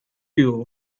you